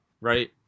right